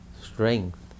strength